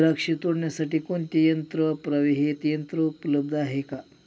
द्राक्ष तोडण्यासाठी कोणते यंत्र वापरावे? हे यंत्र उपलब्ध आहे का?